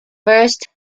first